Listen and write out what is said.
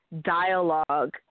dialogue